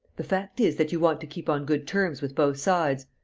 the fact is that you want to keep on good terms with both sides.